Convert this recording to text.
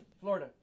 Florida